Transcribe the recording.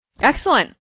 Excellent